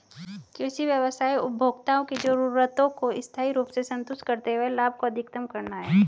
कृषि व्यवसाय उपभोक्ताओं की जरूरतों को स्थायी रूप से संतुष्ट करते हुए लाभ को अधिकतम करना है